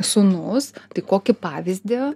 sūnus tai kokį pavyzdį